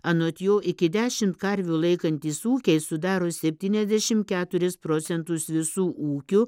anot jo iki dešimt karvių laikantys ūkiai sudaro septyniasdešimt keturi procentus visų ūkių